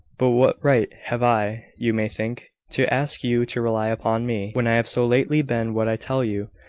but what right have i, you may think, to ask you to rely upon me, when i have so lately been what i tell you.